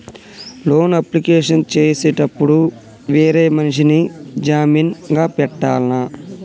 Loan application చేసేటప్పుడు వేరే మనిషిని జామీన్ గా పెట్టాల్నా?